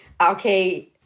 okay